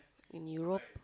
in Europe